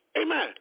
Amen